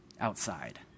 outside